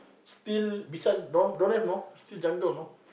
still beside don't don't have know still jungle you know